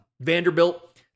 Vanderbilt